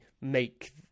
make